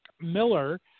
Miller